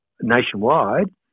nationwide